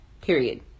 period